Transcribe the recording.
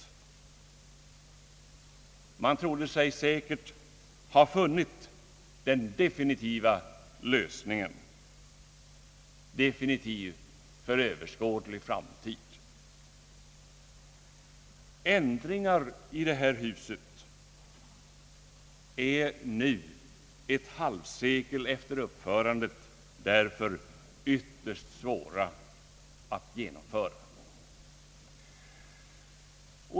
Man trodde sig säkert ha funnit den definitiva lösningen för överskådlig framtid. Ändringar i detta hus är det därför nu, ett halvsekel efter uppförandet, ytterst svårt att genomföra.